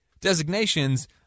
designations